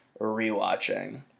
rewatching